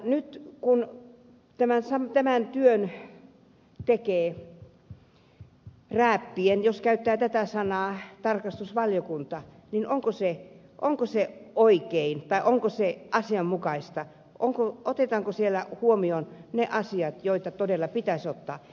nyt kun tämän työn tekee tarkastusvaliokunta rääppien jos käyttää tätä sanaa niin onko se oikein tai onko se asianmukaista otetaanko siellä huomioon ne asiat joita todella pitäisi ottaa